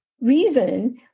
reason